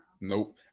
Nope